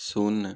शून्य